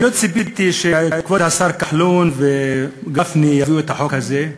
אני לא ציפיתי שכבוד השר כחלון וגפני יביאו את החוק הזה,